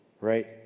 right